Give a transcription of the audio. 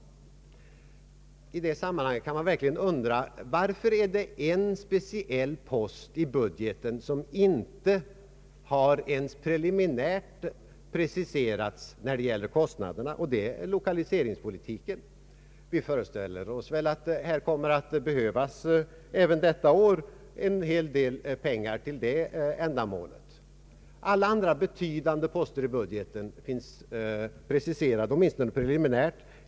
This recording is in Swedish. I det sammanhanget kan man verkligen undra: Varför är det en enda speciell post i budgeten som inte ens har preliminärt preciserats när det gäller kostnaderna? Jag syftar på lokaliseringspolitiken. Vi föreställer oss att det även detta år kommer att behövas en hel del pengar till detta ändamål. Alla andra betydande poster i budgeten finns preciserade, åtminstone preliminärt.